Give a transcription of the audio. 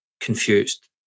confused